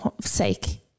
sake